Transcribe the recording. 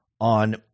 on